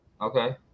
Okay